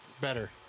Better